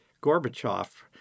Gorbachev